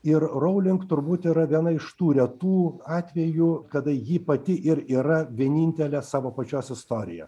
ir rowling turbūt yra viena iš tų retų atvejų kada ji pati ir yra vienintelė savo pačios istorija